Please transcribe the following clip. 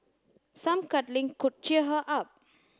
some cuddling could cheer her up